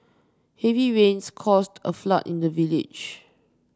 heavy rains caused a flood in the village